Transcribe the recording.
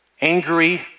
angry